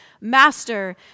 Master